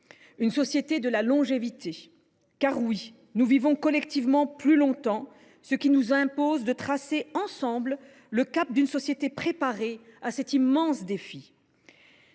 une société de la longévité. Oui, nous vivons plus longtemps, et cela nous impose de tracer ensemble le cap d’une société préparée à cet immense défi.